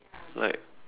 like